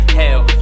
hell